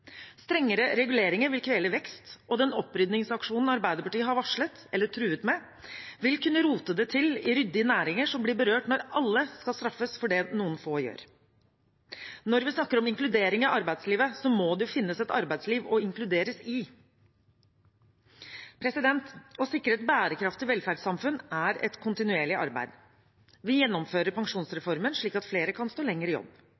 Strengere reguleringer vil kvele vekst, og den oppryddingsaksjonen Arbeiderpartiet har varslet, eller truet med, vil kunne rote det til i ryddige næringer som blir berørt når alle skal straffes for det noen få gjør. Når vi snakker om inkludering i arbeidslivet, så må det jo finnes et arbeidsliv å inkluderes i. Å sikre et bærekraftig velferdssamfunn er et kontinuerlig arbeid. Vi gjennomfører pensjonsreformen, slik at flere kan stå lenger i jobb.